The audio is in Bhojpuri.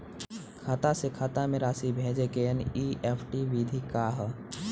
खाता से खाता में राशि भेजे के एन.ई.एफ.टी विधि का ह?